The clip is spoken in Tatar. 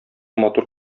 матур